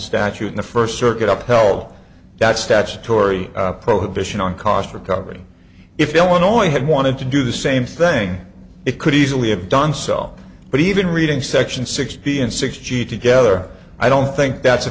statute in the first circuit up hell that's statutory prohibition on cost recovery if illinois had wanted to do the same thing it could easily have done so but even reading section sixty and sixty together i don't think that's a